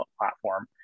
platform